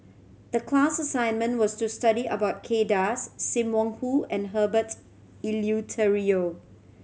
the class assignment was to study about Kay Das Sim Wong Hoo and Herbert Eleuterio